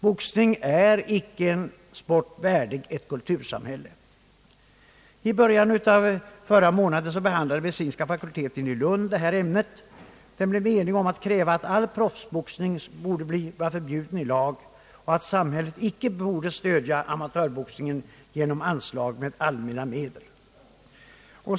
Boxning är icke en sport värdig ett kultursamhälle. I början av förra månaden behandlade medicinska fakulteten i Lund detta ämne. Den blev enig om att kräva att all proffsboxning borde bli förbjuden i lag och att samhället icke borde stödja amatörboxningen genom anslag av allmänna medel.